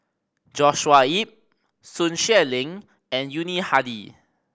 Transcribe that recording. Joshua Ip Sun Xueling and Yuni Hadi